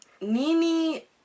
Nini